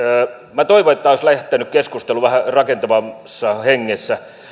minä toivoin että tämä keskustelu olisi lähtenyt vähän rakentavammassa hengessä minä